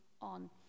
on